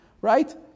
right